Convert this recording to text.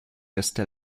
reste